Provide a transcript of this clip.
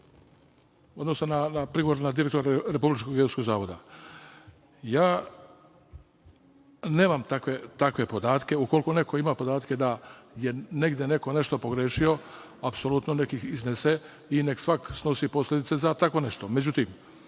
odnosno prigovor na direktora RGZ. Ja nemam takve podatke, a ukoliko neko ima podatke da je negde nešto pogrešio, apsolutno nek ih iznese i nek svako snosi posledice za tako nešto.